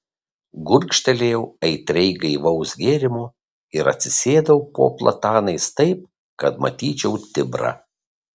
gurkštelėjau aitriai gaivaus gėrimo ir atsisėdau po platanais taip kad matyčiau tibrą